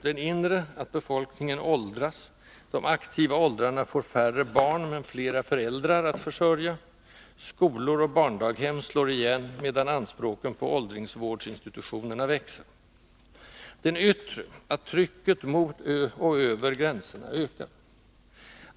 Den inre innebär att befolkningen åldras, de aktiva åldrarna får färre barn men flera föräldrar att försörja, skolor och barndaghem slår igen, medan anspråken på åldringsvårdsinstitutionerna växer; den yttre att trycket mot och över gränserna ökar.